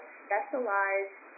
specialized